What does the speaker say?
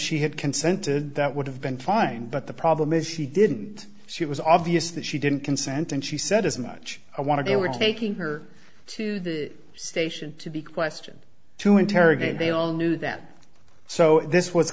she had consented that would have been fine but the problem is she didn't she it was obvious that she didn't consent and she said as much i want to be we're taking her to the station to be questioned to interrogate they all knew that so this was